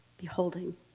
Beholding